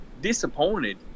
disappointed